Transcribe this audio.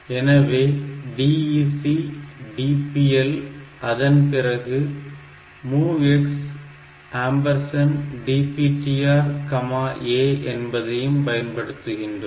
எனவே DEC DPL அதன் பிறகு MOVX DPTRA என்பதையும் பயன்படுத்துகிறோம்